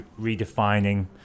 redefining